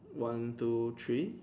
one two three